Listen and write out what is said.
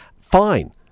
fine